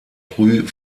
früh